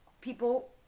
People